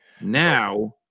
Now